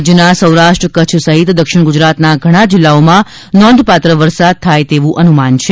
રાજ્યના સૌરાષ્ટ્ર કચ્છ સહિત દક્ષિણ ગુજરાતના ઘણા જિલ્લાઓમાં નોંધપાત્ર વરસાદ થાય તેવું અનુમાન છે